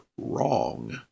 wrong